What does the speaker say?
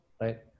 Right